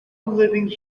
living